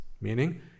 meaning